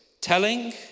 telling